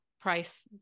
price